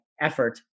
effort